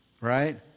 right